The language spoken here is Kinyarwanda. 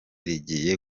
rigiye